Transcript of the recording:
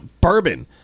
bourbon